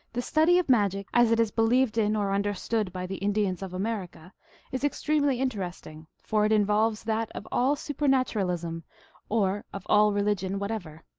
the study of magic as it is believed in or under stood by the indians of america is extremely interest ing, for it involves that of all supernaturalism or of all religion whatever.